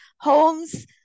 homes